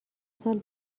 سال